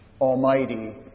Almighty